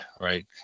right